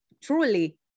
truly